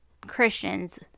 christians